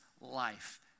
life